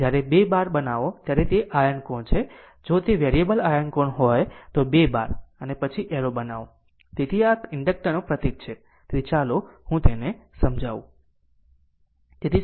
જ્યારે 2 બાર બનાવો ત્યારે તે આયર્ન કોર છે અને જો તે વેરિયેબલ આયર્ન કોર હોય તો 2 બાર અને પછી એરો બનાવો તેથી આ ઇન્ડક્ટર નો પ્રતીક છે તેથી ચાલો હું તેને સમજાવું